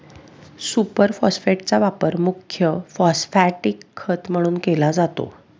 super फॉस्फेटचा वापर मुख्य फॉस्फॅटिक खत म्हणून केला जातो